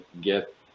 get